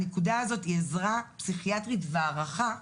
הנקודה הזאת היא עזרה פסיכיאטרית והערכה,